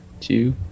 two